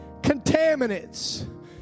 Contaminants